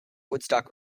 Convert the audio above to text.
woodstock